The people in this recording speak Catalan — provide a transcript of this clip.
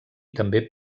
també